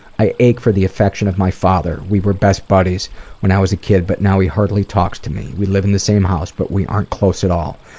i ache for the affection of my father. we were best buddies when i was a kid but now he hardly talks to me. we live in the same house but aren't close at all.